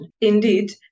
indeed